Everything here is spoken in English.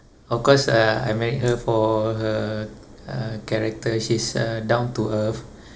of course uh I married her for her uh character she's uh down to earth